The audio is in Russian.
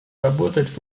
работать